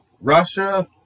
Russia